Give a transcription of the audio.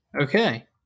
Okay